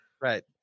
Right